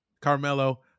Carmelo